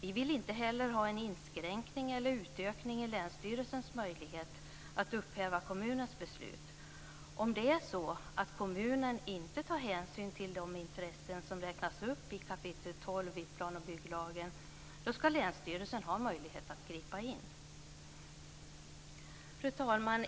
Vi vill inte heller ha en inskränkning eller utökning i länsstyrelsens möjlighet att upphäva kommunens beslut. Om det är så att kommunen inte tar hänsyn till de intressen som räknats upp i kapitel 12 i plan och bygglagen ska länsstyrelsen ha möjlighet att gripa in. Fru talman!